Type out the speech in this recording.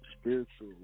spiritual